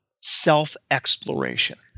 Self-exploration